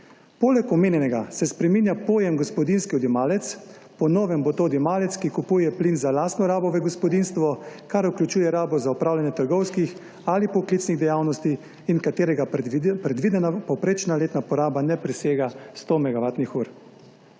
poleg omenjenega se spreminja pojem gospodinjski odjemalec, po novem bo to odjemalec, ki kupuje plin za lastno rabo v gospodinjstvu, kar vključuje rabo za opravljanje trgovskih ali poklicnih dejavnosti in katerega predvidena povprečna letna poraba ne presega 100